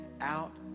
out